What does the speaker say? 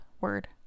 word